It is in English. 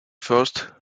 first